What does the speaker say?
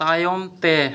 ᱛᱟᱭᱚᱢ ᱛᱮ